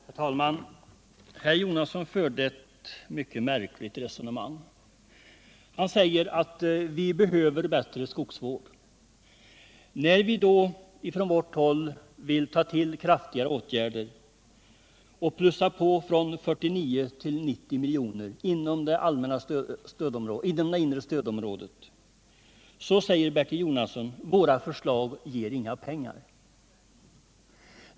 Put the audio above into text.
Herr talman! Bertil Jonasson förde ett mycket märkligt resonemang. Han sade att vi behöver en bättre skogsvård. När vi då vill vidta kraftigare åtgärder och plussar på från 49 till 90 milj.kr. inom det inre stödområdet säger Bertil Jonasson att våra förslag inte ger några pengar.